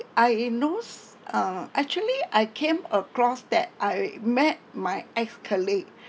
I knows uh actually I came across that I met my ex-colleague